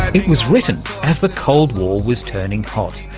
it was written as the cold war was turning hot,